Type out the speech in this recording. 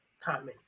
comment